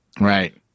Right